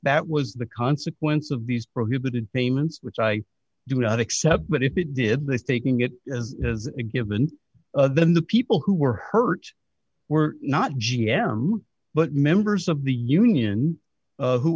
that was the consequence of these prohibited payments which i do not accept but if it did mistaking it has given them the people who were hurt were not g m but members of the union